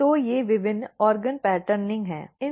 तो ये विभिन्न अंग पैटर्निंगorgan patterning's हैं